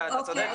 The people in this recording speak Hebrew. אתה צודק,